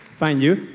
find you.